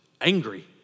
angry